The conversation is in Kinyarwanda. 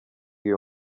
iyo